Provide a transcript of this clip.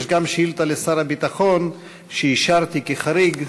יש גם שאילתה לשר הביטחון שאישרתי כחריג,